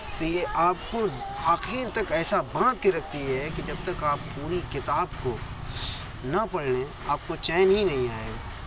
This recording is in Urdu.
تو یہ آپ کو آخر تک ایسا باندھ کے رکھتے ہیں کہ جب تک آپ پوری کتاب کو نہ پڑھ لیں آپ کو چین ہی نہیں آئے گا